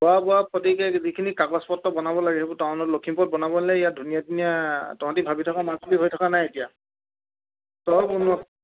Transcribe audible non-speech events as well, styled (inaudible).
খোৱা বোৱা (unintelligible) যিখিনি কাগজ পত্ৰ বনাব লাগে সেইবোৰ টাউনত লখিমপুৰত বনাবলে ইয়াত ধুনীয়া ধুনীয়া তহঁতি ভাবি থকা মাজুলী হৈ থকা নাই এতিয়া চব উন্নত